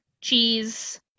cheese